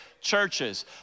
churches